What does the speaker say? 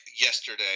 yesterday